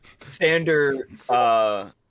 Sander